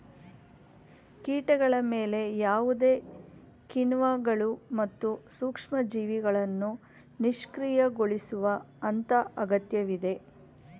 ಕೀಟಗಳ ಮೇಲೆ ಯಾವುದೇ ಕಿಣ್ವಗಳು ಮತ್ತು ಸೂಕ್ಷ್ಮಜೀವಿಗಳನ್ನು ನಿಷ್ಕ್ರಿಯಗೊಳಿಸುವ ಹಂತ ಅಗತ್ಯವಿದೆ